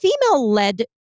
Female-led